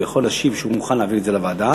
הוא יכול להשיב שהוא מוכן להעביר את זה לוועדה,